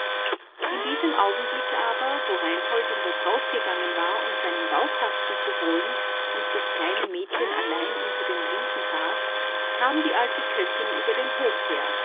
in diesem augenblick aber wo reinhold in das haus gegangen war um seinen baukasten zu holen und das kleine mädchen allein unter den linden saß kam die alte köchin über den hof her